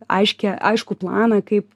aiškią aiškų planą kaip